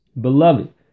Beloved